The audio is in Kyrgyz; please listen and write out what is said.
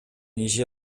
иши